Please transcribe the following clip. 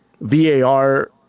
VAR –